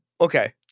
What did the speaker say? Okay